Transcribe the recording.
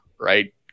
right